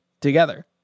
together